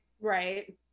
Right